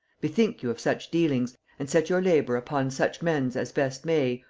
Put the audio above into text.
bethink you of such dealings, and set your labor upon such mends as best may,